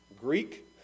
Greek